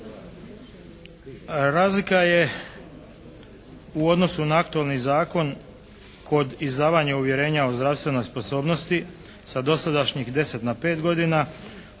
Razlika je u odnosu na aktualni zakon kod izdavanja uvjerenja o zdravstvenoj sposobnosti sa dosadašnjih 10 na 5 godina